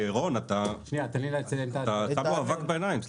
אה רון אתה שם לו אבק בעיניים,